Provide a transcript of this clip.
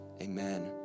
Amen